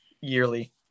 yearly